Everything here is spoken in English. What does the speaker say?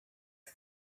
him